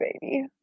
baby